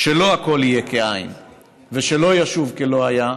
שלא הכול יהיה כאין ושלא ישוב כלא היה,